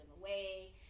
away